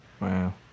Wow